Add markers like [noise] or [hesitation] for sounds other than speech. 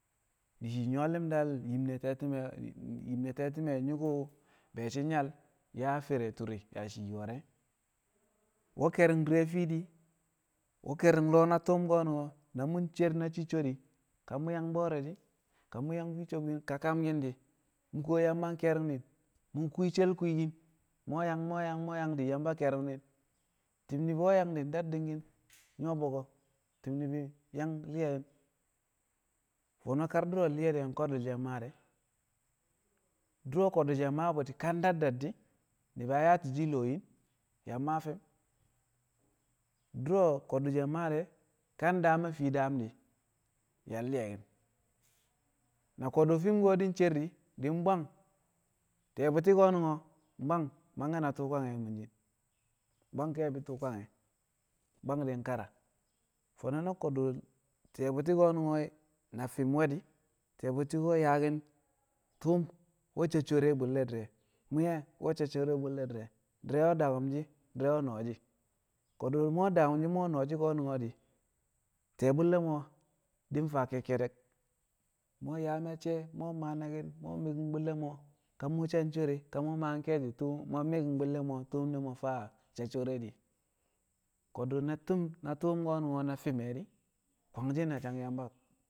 Di̱ shii nyu̱wo̱ li̱mdal yim ne̱ te̱ti̱me̱ [hesitation] yim ne̱ te̱ti̱me̱ nyu̱ku̱ be̱ shi̱ nyal yaa fere tu̱ri̱ yaa yi war re̱ we̱ ke̱ri̱ng di̱re̱ fiidi we̱ ke̱ri̱ng lo̱o̱ na tu̱m ko̱nu̱n na mu̱ cer na cicco di̱ ka mu̱ yaa bo̱o̱re̱ di̱ ka mu̱ yaa fii sobkin di̱ ka kamki̱n di̱ mu̱ kuwo Yamba ke̱ri̱ngni̱n mu̱ kwii she̱l kwiikin di̱ mu̱ we̱ yaa mu̱ yaa mu̱ yaa Yamba ke̱ri̱ngni̱n, ti̱b ni̱bi̱ we̱ yang di̱ daddi̱ki̱n nyu̱wo̱ bo̱ko̱ ti̱b ni̱bi̱ yaa li̱ye̱ki̱n. Fo̱no̱ kar du̱ro̱ nli̱ye̱ ko̱du̱ she̱ mmaa de̱ du̱ro̱ ko̱du̱ she̱ maa bu̱ we̱ ka dadda di̱ ni̱bi̱ yang yaati̱ shi̱ a lo̱o̱ yin yang fi̱m du̱ro̱ ko̱du̱ she̱ maa de̱ ka daam a fii daam di̱ yang li̱ye̱ki̱n. Na ko̱du̱ fi̱m ko̱ di̱ ncer di̱ di̱ bwang ti̱ye̱ bu̱ti̱ ko̱nu̱n mbwang mangke̱ na tu̱u̱ kwange̱ a mu̱n shi̱n mbwang ke̱e̱bi̱ tu̱u̱ kwange̱ mbwang di̱ kara. Fo̱no̱ na ko̱du̱ ti̱ye̱ bu̱ti̱ ko̱nu̱n na fi̱m we̱ di̱ ti̱ye̱ bu̱ti̱ we̱ yaaki̱n tu̱u̱m we̱ sa sho̱o̱re̱ a bu̱lle̱ di̱re̱ mwi̱ye̱ we̱ sa sho̱o̱re̱ bu̱lle̱ di̱re̱ di̱re̱ we̱ daku̱m shi̱ di̱re̱ we̱ no̱o̱shi̱ ko̱du̱ mu̱ we̱ daku̱m shi̱ mu̱ we̱ no̱o̱shi̱ ko̱nu̱n di̱ ti̱ye̱ bu̱lle̱ mo̱ di̱ faa kekkedek mu̱ we̱ yaa me̱cce mu̱ we̱ maa naki̱ mu̱ mikin bu̱lle̱ mo̱ ka mu̱ sa sho̱o̱re̱ ka mu̱ maa ke̱e̱shi̱ tu̱u̱ mu̱ yang mikin bu̱lle̱ mo̱ tu̱u̱m mo̱ faa sa sho̱o̱re̱ dɪ ko̱du̱ [unintelligible] na tu̱u̱m ko̱ na fi̱m di̱ kwangshi̱n a sang Yamba Yamba.